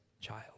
child